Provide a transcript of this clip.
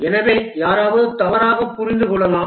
எனவே யாராவது தவறாக புரிந்து கொள்ளலாம்